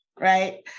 right